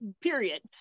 period